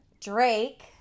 Drake